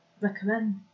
Recommend